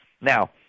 Now